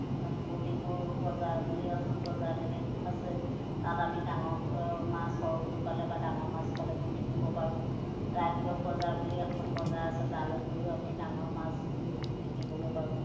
বুটিকুৰ বজাৰ বুলি এখন বজাৰ থাকে আছে তাত আমি ডাঙৰকৈ মাছ সৰহকৈ পালে বা ডাঙৰ মাছ পালে এইবোৰ বিক্ৰীব পাৰোঁ ৰাক্ষস বজাৰ বুলি এখন বজাৰ আছে তালৈ গৈয়ো আমি ডাঙৰ মাছ বিক্ৰীবগৈ পাৰোঁ